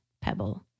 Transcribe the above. pebble